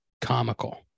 comical